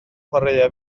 chwaraea